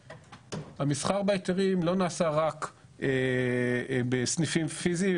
המסחר בהיתרים לא נעשה רק בסניפים פיזיים,